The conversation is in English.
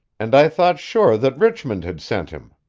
and i thought sure that richmond had sent him.